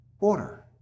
order